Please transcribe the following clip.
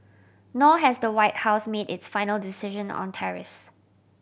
nor has the White House made its final decision on tariffs